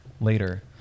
later